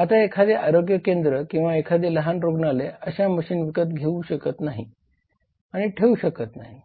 आता एखादे आरोग्य केंद्र किंवा एखादे लहान रुग्णालय अशा मशीन विकत घेऊ शकत नाही आणि ठेवू शकत नाही